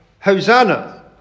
Hosanna